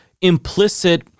implicit